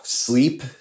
sleep